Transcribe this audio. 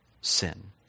sin